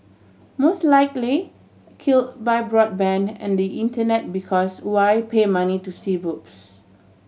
most likely kill by broadband and the Internet because why pay money to see boobs